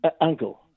uncle